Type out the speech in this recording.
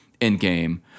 Endgame